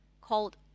called